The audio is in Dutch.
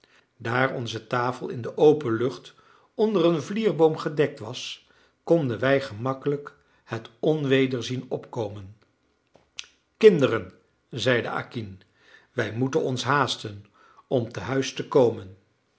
daar onze tafel in de open lucht onder een vlierboom gedekt was konden wij gemakkelijk het onweder zien opkomen kinderen zeide acquin wij moeten ons haasten om tehuis te komen